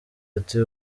ati